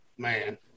Man